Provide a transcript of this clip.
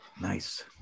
Nice